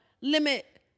limit